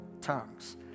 tongues